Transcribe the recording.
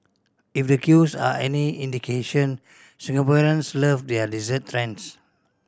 if the queues are any indication Singaporeans love their dessert trends